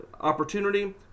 opportunity